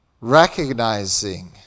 recognizing